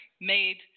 made